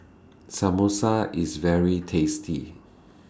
Samosa IS very tasty